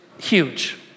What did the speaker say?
huge